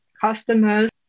customers